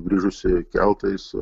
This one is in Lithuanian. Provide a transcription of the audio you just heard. grįžusi keltais